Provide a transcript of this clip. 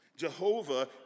Jehovah